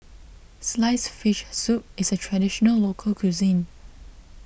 Sliced Fish Soup is a Traditional Local Cuisine